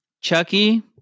Chucky